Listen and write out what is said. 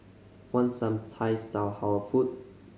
want some Thai style Halal food